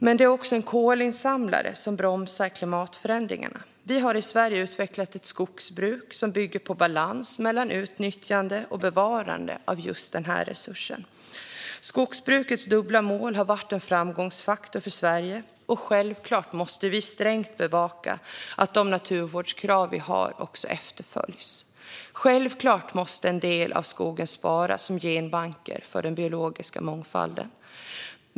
Men det är också en kolinsamlare som bromsar klimatförändringarna. Vi har i Sverige utvecklat ett skogsbruk som bygger på en balans mellan utnyttjande och bevarande av denna resurs. Skogsbrukets dubbla mål har varit en framgångsfaktor för Sverige, och självklart måste vi strängt bevaka att de naturvårdskrav vi har efterföljs. Självklart måste en del av skogen sparas som genbanker för den biologiska mångfalden.